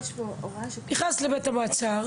נכנס לבית המעצר,